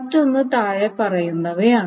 മറ്റൊന്ന് താഴെ പറയുന്നവയാണ്